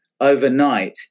overnight